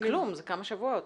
זה כלום, זה כמה שבועות.